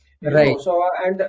Right